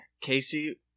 casey